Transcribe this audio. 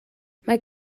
mae